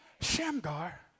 Shamgar